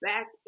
Back